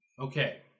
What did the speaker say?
Okay